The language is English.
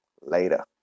Later